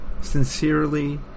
Sincerely